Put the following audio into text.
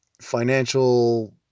financial